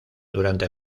durante